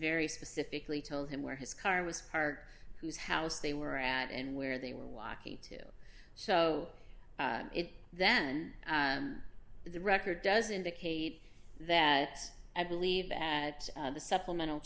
very specifically told him where his car was parked whose house they were at and where they were walk into so it then the record does indicate that i believe that the supplemental